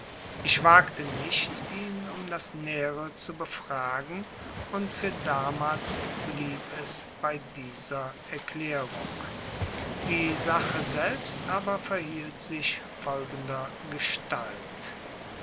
ich wagte nicht ihn um das nähere zu befragen und für damals blieb es bei dieser erklärung die sache selbst aber verhielt sich folgender gestalt